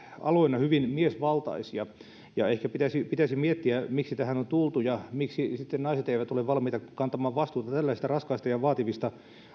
aloina hyvin miesvaltaisia ja ehkä pitäisi pitäisi miettiä miksi tähän on tultu ja miksi naiset eivät ole valmiita kantamaan vastuuta tällaisista raskaista ja vaativista